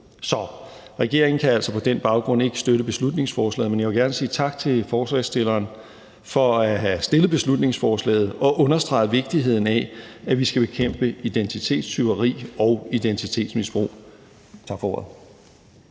regeringen kan altså på den baggrund ikke støtte beslutningsforslaget. Men jeg vil gerne sige tak til forslagsstillerne for at have fremsat beslutningsforslaget og for at have understreget vigtigheden af, at vi skal bekæmpe identitetstyveri og identitetsmisbrug. Tak for ordet.